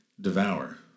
devour